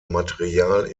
material